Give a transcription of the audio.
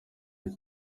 muri